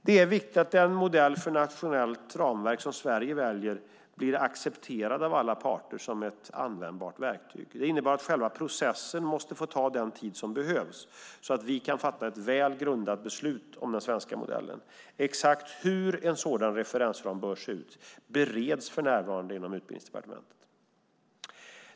Det är viktigt att den modell för nationellt ramverk som Sverige väljer blir accepterad av alla parter som ett användbart verktyg. Det innebär att själva processen måste få ta den tid som behövs så att vi kan fatta ett väl grundat beslut om den svenska modellen. Exakt hur en sådan svensk referensram bör se ut bereds för närvarande inom Utbildningsdepartementet.